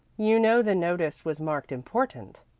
you know the notice was marked important.